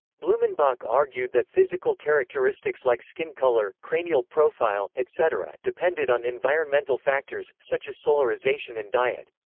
blumenbach argued that physical characteristics like skin color, cranial profile, etc, depended on environmental factors, such as solarization and diet.